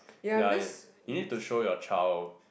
ya you need to show your child